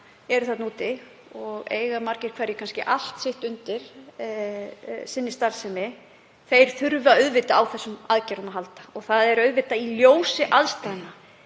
eru þarna úti og eiga margir hverjir allt sitt undir sinni starfsemi þurfa auðvitað á þessum aðgerðum að halda. Það er auðvitað í ljósi aðstæðna